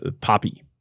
poppy